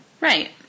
Right